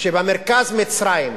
כשבמרכז מצרים.